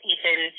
Ethan